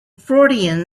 freudian